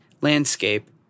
landscape